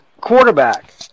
quarterback